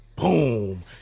Boom